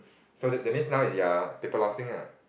so that that's mean now ya paper losing lah